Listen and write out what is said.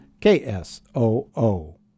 KSOO